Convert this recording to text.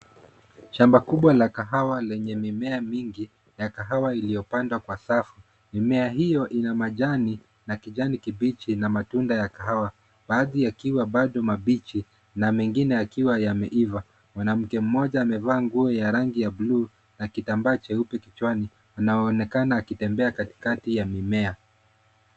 Shamba kubwa la kahawa lenye mimea mingi ya kahawa iliyopandwa kwa safu, mimea hiyo ina majani ya kijani kibichi na matunda ya kahawa baadhi yakiwa bado mabichi na mengine yakiwa yameiva. Mwanamke mmoja amevaa nguo ya rangi ya bluu na kitambaa cheupe kichwani anaonekana akitembea katikati ya mimea.